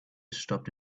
stopped